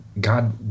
God